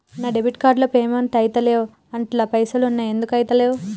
నా debit card తో payment ఐతలేవ్ అండ్ల పైసల్ ఉన్నయి ఎందుకు ఐతలేవ్?